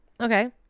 Okay